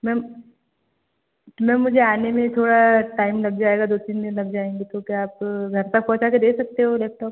ma'am तो ma'am मुझे आने में थोड़ा टाइम लग जाएगा दो तीन दिन लग जाएंगे तो क्या आप घर तक पहुँचा के दे सकते हो लैपटॉप